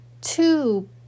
two